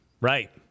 right